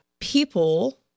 people